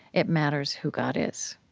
it matters who god is.